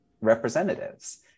representatives